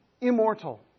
immortal